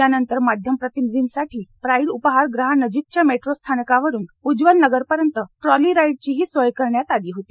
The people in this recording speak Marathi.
यानंतर माध्यमप्रतिनिधींसाठी प्राईड उपहारगृहानजिकच्या मेट्रो स्थानकावरून उज्वलनगरपर्यंत ट्राली राईड चीही सोय करण्यात आली होती